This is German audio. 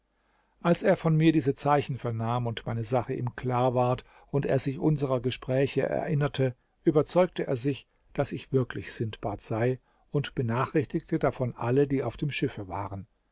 als er von mir diese zeichen vernahm und meine sache ihm klar ward und er sich unsrer gespräche erinnerte überzeugte er sich daß ich wirklich sindbad sei und benachrichtigte davon alle die auf dem schiffe waren